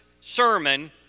sermon